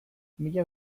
mila